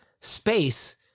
space